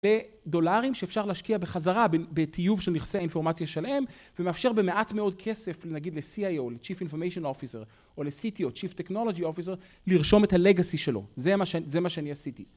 בדולרים שאפשר להשקיע בחזרה, בטיוב של נכסי האינפורמציה שלהם, ומאפשר במעט מאוד כסף, נגיד ל-CIO, ל-Chief Information Officer, או ל-CTO, Chief Technology Officer, לרשום את ה-Legacy שלו. זה מה ש..זה מה שאני עשיתי.